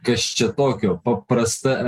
kas čia tokio paprasta